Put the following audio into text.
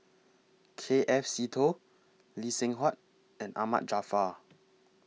K F Seetoh Lee Seng Huat and Ahmad Jaafar